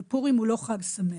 ופורים הוא לא חג שמח.